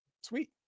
Sweet